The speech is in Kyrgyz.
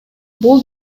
бул